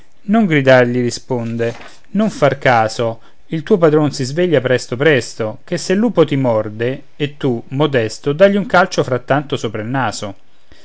gridar gli risponde non far caso il tuo padron si sveglia presto presto che se il lupo ti morde e tu modesto dàgli un calcio frattanto sopra il naso